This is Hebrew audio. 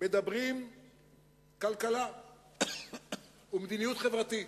מדברים כלכלה ומדיניות חברתית.